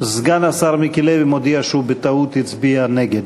סגן השר מיקי לוי מודיע שהוא בטעות הצביע נגד.